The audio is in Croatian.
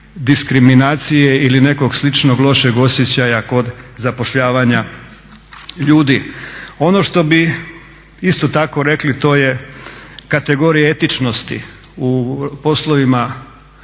diskriminacije ili nekog sličnog lošeg osjećaja kod zapošljavanja ljudi. Ono što bi isto tako rekli to je kategorija etičnosti u poslovima